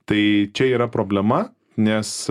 tai čia yra problema nes